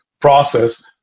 process